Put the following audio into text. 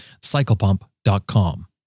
CyclePump.com